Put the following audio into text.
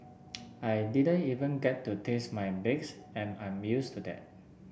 I didn't even get to taste my bakes and I'm used to that